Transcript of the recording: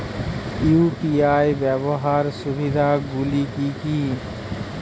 UPI ব্যাবহার সুবিধাগুলি কি কি?